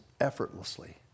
effortlessly